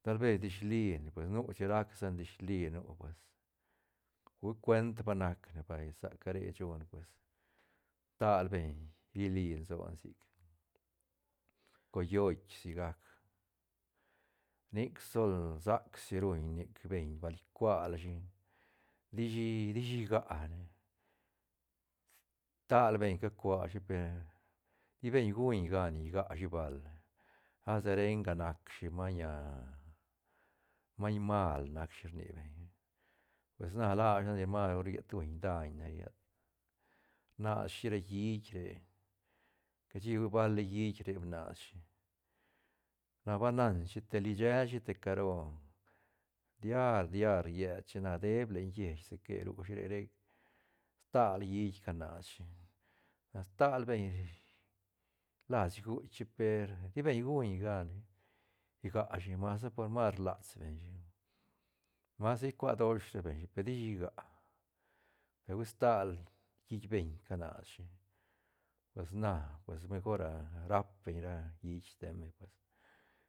Tal ves dishline pues nu chin rac sane dishli nu pues hu cuent va nac ne vay saca re shune pues tal beñ rili lsone sic coyoit sigac nic sol nsac si ruñ nic beñ bal icua rashi dishi- dishi iga ne tal beñ ca cacua shi per ti beñ guñ gan igashi bal asa renga nacshi maiñ maiñ mal nac shi rni beñ pues lashi nac ni masru riet ruñ daiñ ne llet nashi ra hiit re cashi hui bali hiit re bnas shi na ba nanshi teli ishelshi te caro diar- diar llet shi na deeb len lleich que ru shi re rec stal hiit canas shi na stal beñ last guitk shi per ti beñ guñ gan igashi masa por mas rlastbeñ shi masa icuadosh sa beñ shi tishi iga pe hui stal hiit beñ canas shi pues na pues mejor rap beñ ra hiit steiñ beñ pues